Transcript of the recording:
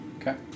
Okay